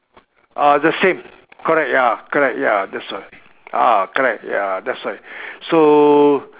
uh the same correct ya correct ya that's why ah correct ya that's why so